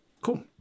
Cool